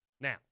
now